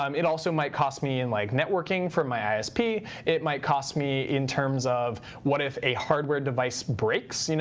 um it also might cost me in like networking for my isp. it might cost me in terms of what if a hardware device breaks. you know